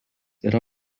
yra